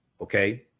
Okay